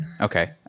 Okay